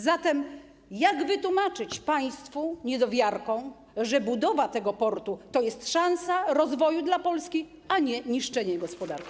Zatem jak wytłumaczyć państwu niedowiarkom, że budowa tego portu to jest szansa rozwoju dla Polski, a nie niszczenie gospodarki?